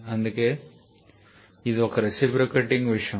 అందుకే ఇది ఒక రెసిప్రొకేటింగ్ విషయం